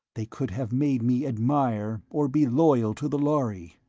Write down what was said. they could have made me admire or be loyal to the lhari.